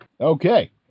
Okay